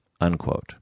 unquote